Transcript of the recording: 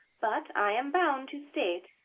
but i am bound to state,